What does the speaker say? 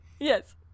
Yes